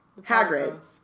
Hagrid